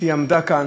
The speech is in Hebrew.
שעמדה כאן,